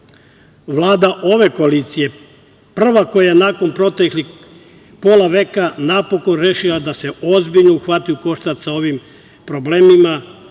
ove koalicije je prva koja je nakon proteklih pola veka napokon rešila da se ozbiljno uhvati u koštac sa ovim problemima